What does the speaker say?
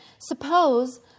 suppose